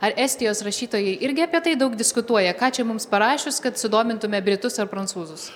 ar estijos rašytojai irgi apie tai daug diskutuoja ką čia mums parašius kad sudomintume britus ar prancūzus